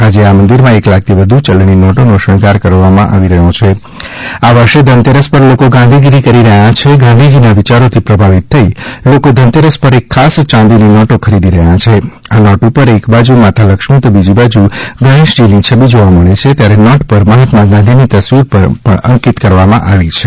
આજે આ મંદિરમાં એક લાખ થી વધુ ચલણી નોટો નો શણગાર કરવામાં આવ્યો હતો આ વર્ષે ધનતેરસ પર લોકો ગાંધીગીરી કરી રહ્યા છે ગાંધીજીના વિયારોથી પ્રભાવિત થઈ લોકો ધનતેરસ પર એક ખાસ ચાંદીની નોટો ખરીદી રહ્યા છે આ નોટ ઉપર એક બાજુ માતા લક્ષ્મી તો બીજી બાજુ ગણેશજી ની છબી જોવા મળે છે ત્યારે નોટ પર મહાત્મા ગાંધીની તસવીર પણ અંકિત કરવામાં આવી છે